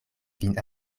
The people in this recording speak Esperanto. vin